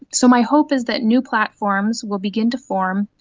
so my hope is that new platforms will begin to form,